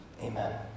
Amen